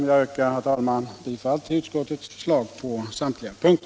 Jag yrkar, herr talman, bifall till utskottets förslag på samtliga punkter.